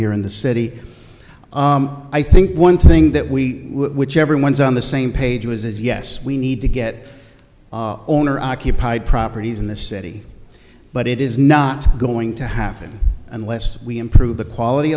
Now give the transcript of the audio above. here in the city i think one thing that we never once on the same page was yes we need to get owner occupied properties in the city but it is not going to happen unless we improve the quality